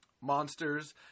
monsters